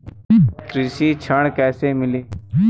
कृषि ऋण कैसे मिली?